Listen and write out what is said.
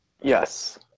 yes